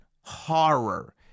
horror